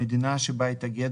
המדינה שבה התאגד,